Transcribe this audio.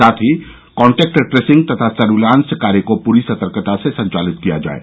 साथ ही contact tracing तथा सर्विलांस कार्य को पूरी सतर्कता से संचालित किया जाये